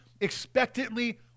expectantly